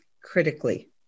critically